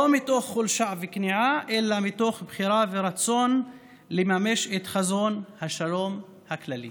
לא מתוך חולשה וכניעה אלא מתוך בחירה ורצון לממש את חזון השלום הכללי,